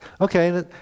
Okay